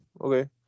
okay